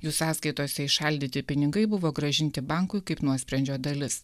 jų sąskaitose įšaldyti pinigai buvo grąžinti bankui kaip nuosprendžio dalis